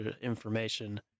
information